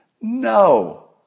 No